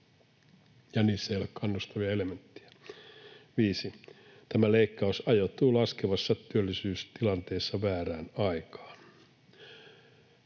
ja niissä ei ole kannustavia elementtejä. 5) Tämä leikkaus ajoittuu laskevassa työllisyystilanteessa väärään aikaan.